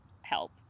help